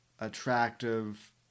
attractive